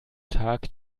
tag